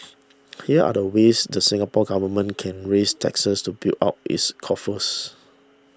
here are the ways the Singapore Government can raise taxes to build up its coffers